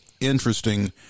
interesting